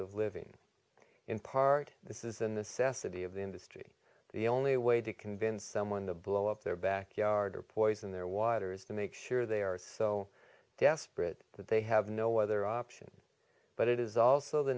of living in part this is in the cess of the of the industry the only way to convince someone to blow up their backyard or poison their water is to make sure they are so desperate that they have no other option but it is also the